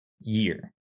year